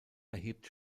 erhebt